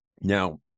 Now